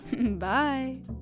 Bye